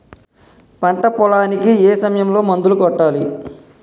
పంట పొలానికి ఏ సమయంలో మందులు కొట్టాలి?